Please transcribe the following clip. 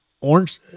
Orange